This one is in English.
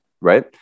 right